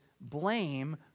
blame